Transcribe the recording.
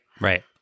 right